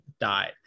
died